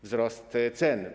Wzrost cen.